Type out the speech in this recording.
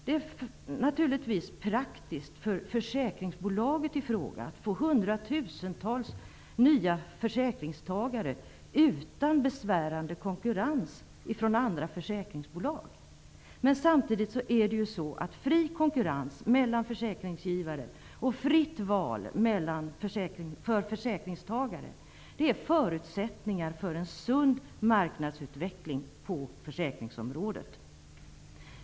Det är naturligtvis praktiskt för försäkringsbolaget i fråga att få hundratusentals nya försäkringstagare utan besvärande konkurrens från andra försäkringsbolag. Samtidigt är fri konkurrens mellan försäkringsgivare och fritt val för försäkringstagare förutsättningar för en sund marknadsutveckling på försäkringsområdet.